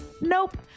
nope